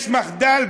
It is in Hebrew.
יש מחדל,